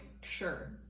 sure